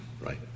right